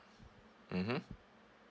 mmhmm